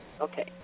Okay